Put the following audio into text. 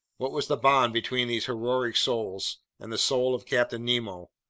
what was the bond between these heroic souls and the soul of captain nemo?